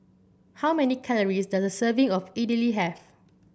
how many calories does a serving of Idili have